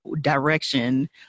direction